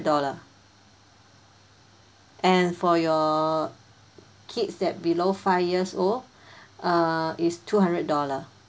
dollar and for your kids that below five years old err it's two hundred dollar